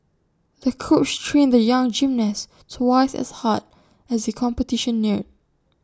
the coach trained the young gymnast twice as hard as the competition neared